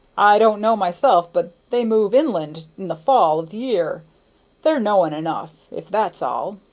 i don't know myself but they move inland in the fall of the year they're knowing enough, if that's all!